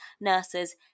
nurses